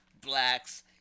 Blacks